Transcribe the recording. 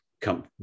come